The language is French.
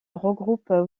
regroupe